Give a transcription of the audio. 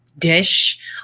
dish